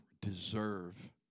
deserve